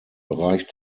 bereich